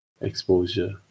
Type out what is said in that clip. exposure